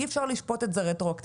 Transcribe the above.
אי אפשר לשפוט את זה רטרואקטיבית.